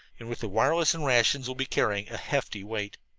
and with the wireless and rations we'll be carrying a hefty weight.